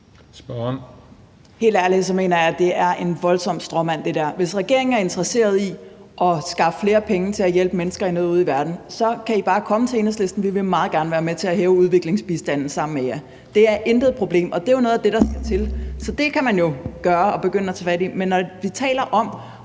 Helt ærligt mener jeg, at det der er en voldsom stråmand. Hvis regeringen er interesseret i at skaffe flere penge til at hjælpe mennesker i nød ude i verden, kan I bare komme til Enhedslisten. Vi vil meget gerne være med til at hæve udviklingsbistanden sammen med jer, det er intet problem, og det er jo noget af det, der skal til. Så det kan man jo gøre og begynde at tage fat i. Men når vi taler om